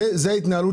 זאת התנהלות